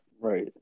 Right